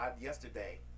Yesterday